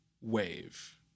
wave